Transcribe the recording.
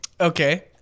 Okay